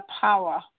power